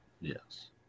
Yes